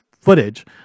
footage